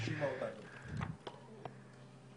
ב"זום".